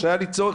שהיה לי צורך,